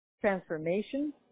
transformation